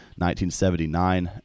1979